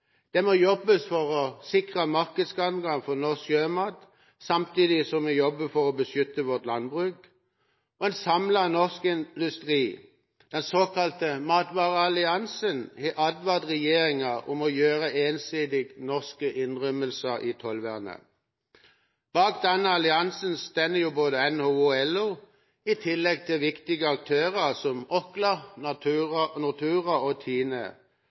Det må jobbes for å sikre markedsadgang for norsk sjømat, samtidig som vi jobber for å beskytte vårt landbruk. En samlet norsk industri – den såkalte Matalliansen – har advart regjeringen mot å gjøre ensidige norske innrømmelser i tollvernet. Bak denne alliansen står både NHO og LO, i tillegg til viktige aktører som Orkla, Nortura og TINE.